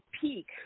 peak